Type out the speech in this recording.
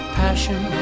passion